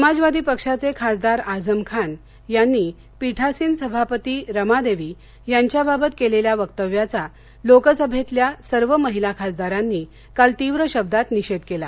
समाजवादी पक्षाचे खासदार आझम खान यांनी पीठासीन सभापती रमादेवी यांच्याबाबत केलेल्यावक्तव्याचा लोकसभेतल्या सर्व महिला खासदारांनी काल तीव्र शब्दात निषेध केला